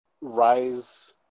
rise